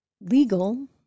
legal